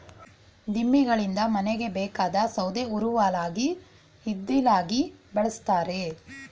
ದಿಮ್ಮಿಗಳಿಂದ ಮನೆಗೆ ಬೇಕಾದ ಸೌದೆ ಉರುವಲಾಗಿ ಇದ್ದಿಲಾಗಿ ಬಳ್ಸತ್ತರೆ